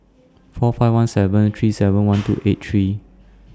four five one seven three seven one two eight three